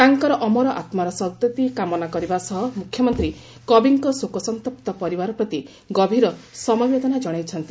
ତାଙ୍କର ଅମର ଆତ୍କାର ସଦ୍ଗତି କାମନା କରିବା ସହ ମୁଖ୍ୟମନ୍ତୀ କବିଙ୍କ ଶୋକସନ୍ତପ୍ତ ପରିବାର ପ୍ରତି ଗଭୀର ସମବେଦନା ଜଶାଇଛନ୍ତି